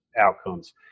outcomes